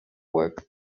work